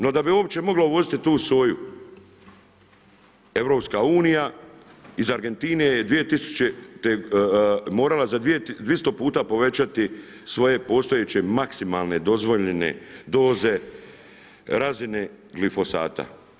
No da bi uopće mogla uvoziti tu soju, EU iz Argentine je morala za 200 puta povećati svoje postojeće maksimalne dozvoljene doze razine glifosata.